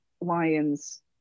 lions